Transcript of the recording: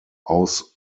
aus